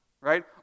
right